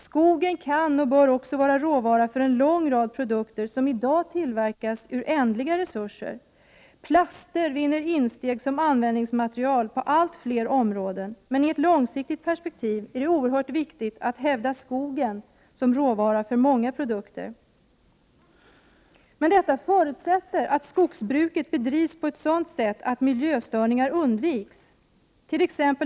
Skogen kan och bör också vara råvara för en lång rad produkter som i dag tillverkas ur ändliga resurser. Plaster vinner insteg som användningsmaterial på allt fler områden. Men i ett långsiktigt perspektiv är det oerhört viktigt att hävda skogen som råvara för många produkter. Detta förutsätter att skogsbruket bedrivs på ett sådant sätt att miljöstörningar undviks.